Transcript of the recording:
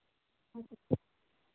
अच्छा